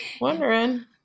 Wondering